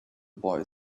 boy